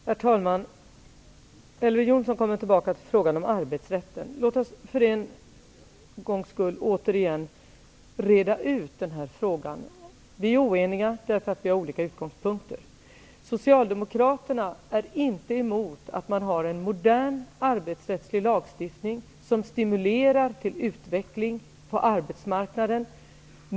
Herr talman! Elver Jonsson återkommer till frågan om arbetsrätten. Låt oss för en gångs skull reda ut denna fråga. Vi är oeniga därför att vi har olika utgångspunkter. Socialdemokraterna är inte emot att man har en modern arbetsrättslig lagstiftning som stimulerar till utveckling på arbetsmarknaden.